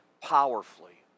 powerfully